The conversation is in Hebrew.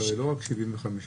זה הרי לא רק 75 ימים.